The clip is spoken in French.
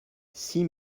six